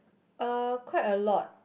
uh quite a lot